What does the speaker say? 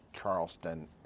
charleston